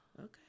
Okay